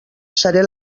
seré